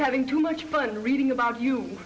having too much fun reading about you